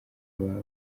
aba